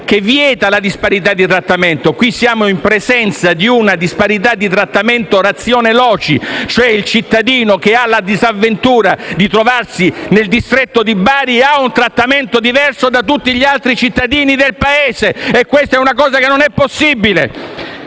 3 vieta la disparità di trattamento: qui siamo in presenza di una disparità di trattamento *ratione loci*, e cioè, il cittadino che ha la disavventura di trovarsi nel distretto di Bari ha un trattamento diverso da tutti gli altri cittadini del Paese. Questo non è possibile.